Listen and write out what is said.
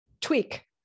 tweak